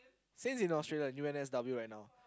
Sein is in Australia U_N_S_W right now